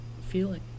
feeling